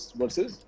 versus